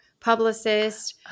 publicist